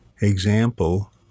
example